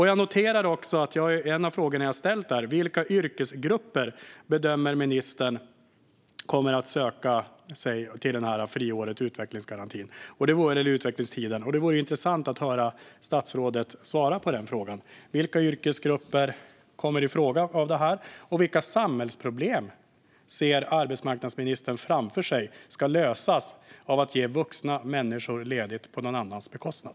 Jag noterar också att en av frågorna jag ställt är: Vilka yrkesgrupper bedömer ministern kommer att söka sig till friåret eller utvecklingstiden? Det vore intressant att höra statsrådet svara på den frågan. Vilka yrkesgrupper kommer i fråga för detta, och vilka samhällsproblem ser arbetsmarknadsministern framför sig ska lösas av att man ger vuxna människor ledigt på någon annans bekostnad?